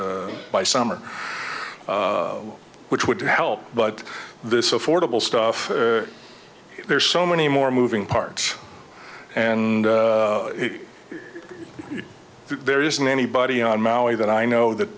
by summer which would help but this affordable stuff there's so many more moving parts and there isn't anybody on maui that i know that